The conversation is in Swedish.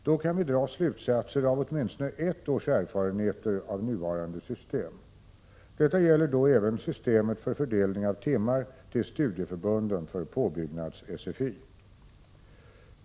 Då kan vi dra slutsatser av åtminstone ett års erfarenheter av nuvarande system. Detta gäller då även systemet för fördelning av timmar till studieförbunden för påbyggnads-SFI.